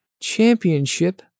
Championship